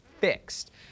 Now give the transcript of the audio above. fixed